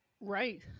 Right